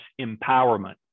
empowerment